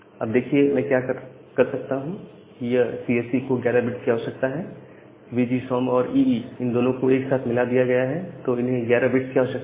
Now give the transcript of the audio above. अब देखिए मैं क्या कर सकता हूं यह सीएसई को 11 बिट्स की आवश्यकता है V G S O M और ईई इन दोनों को एक साथ मिला दिया गया तो इन्हें 11 बिट्स की आवश्यकता है